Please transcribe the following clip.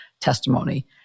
testimony